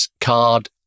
card